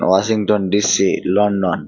Washington DC London